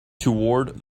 toward